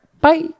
Bye